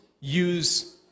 use